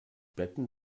betten